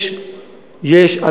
צר לי,